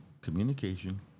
communication